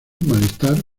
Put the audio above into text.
malestar